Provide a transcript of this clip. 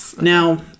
Now